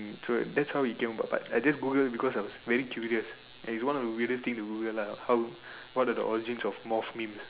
so that's how it came about but I just Google cause I was very curious and it was just one of a weirdest things to Google lah how what are the origins of moth memes